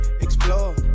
explore